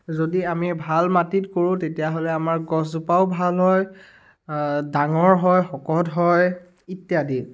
যদি আমি ভাল মাটিত কৰোঁ তেতিয়াহ'লে আমাৰ গছজোপাও ভাল হয় ডাঙৰ হয় শকত হয় ইত্যাদি